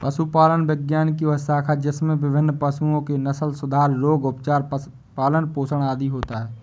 पशुपालन विज्ञान की वह शाखा है जिसमें विभिन्न पशुओं के नस्लसुधार, रोग, उपचार, पालन पोषण आदि होता है